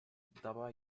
dabei